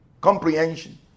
comprehension